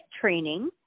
training